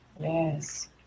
yes